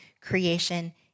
creation